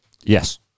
Yes